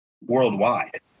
worldwide